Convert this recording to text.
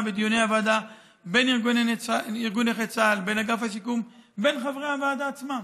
בדיוני הוועדה בין ארגון נכי צה"ל אגף השיקום וחברי הוועדה עצמה,